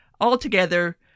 altogether